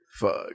Fuck